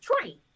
train